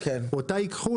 אותה ייקחו